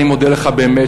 אני מודה לך באמת,